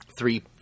three